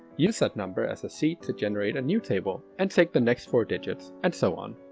use that number as a seed to generate a new table, and take the next four digits and so on.